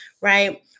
right